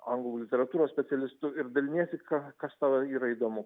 anglų literatūros specialistu ir daliniesi ką kas tau yra įdomu